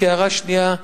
כהערה שנייה,